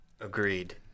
agreed